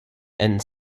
and